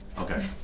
Okay